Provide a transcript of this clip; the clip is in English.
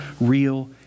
real